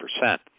percent